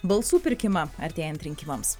balsų pirkimą artėjant rinkimams